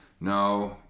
No